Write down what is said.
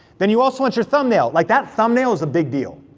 then you also want your thumbnail, like that thumbnail is a big deal.